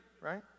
right